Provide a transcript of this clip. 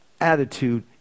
attitude